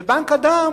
ובנק הדם